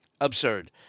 Absurd